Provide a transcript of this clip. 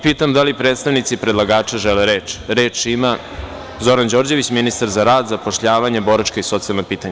Pitam da li predstavnici predlagača žele reč? (Da.) Reč ima Zoran Đorđević, ministar za rad, zapošljavanje, boračka i socijalna pitanja.